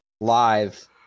live